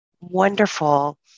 wonderful